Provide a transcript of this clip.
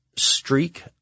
streak